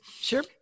Sure